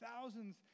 thousands